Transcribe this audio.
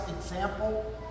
example